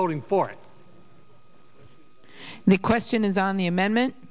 voting for it the question is on the amendment